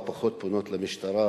או פחות פונות למשטרה